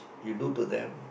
you do to them